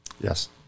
Yes